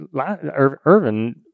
Irvin